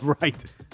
right